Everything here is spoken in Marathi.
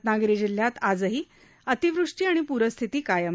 रत्नागिरी जिल्ह्यात आजही अतिवृष्टी आणि प्रस्थिती कायम आहे